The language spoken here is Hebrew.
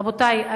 רבותי,